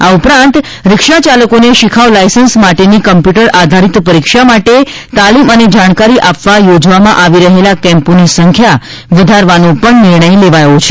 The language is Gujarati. આ ઉપરાંત રીક્ષા યાલકોને શીખાઉ લાયસન્સ માટેની કમ્પ્યુટર આધારીત પરીક્ષા માટે તાલીમ અને જાણકારી આપવા યોજવામાં આવી રહેલા કેમ્પોની સંખ્યા વધારવાનો નિર્ણય લેવાયો છે